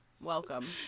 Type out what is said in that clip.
Welcome